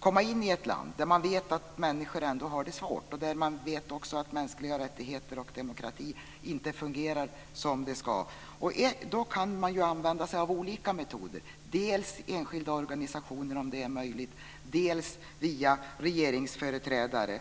komma in i ett land där man vet att människor har det svårt och att mänskliga rättigheter och demokrati inte fungerar som det ska. Då kan man använda sig av olika metoder, dels via enskilda organisationer, om det är möjligt, dels via regeringsföreträdare.